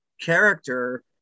character